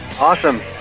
Awesome